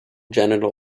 genital